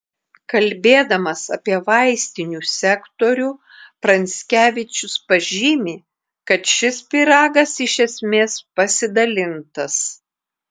kalbėdamas apie vaistinių sektorių pranckevičius pažymi kad šis pyragas iš esmės pasidalintas